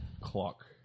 Clock